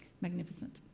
magnificent